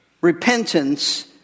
repentance